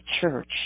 church